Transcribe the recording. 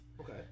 Okay